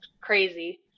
crazy